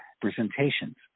presentations